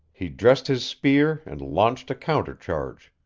he dressed his spear and launched a counter-charge.